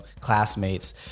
classmates